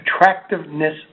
attractiveness